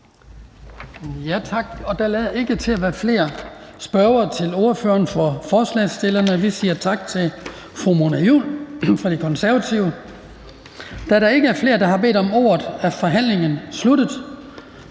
Tak. Der lader ikke til at være flere spørgere til ordføreren for forslagsstillerne. Så siger vi tak til fru Mona Juul fra De Konservative. Da der ikke er flere, der har bedt om ordet, er forhandlingen sluttet.